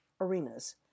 arenas